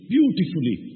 Beautifully